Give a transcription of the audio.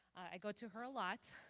i go to here a lot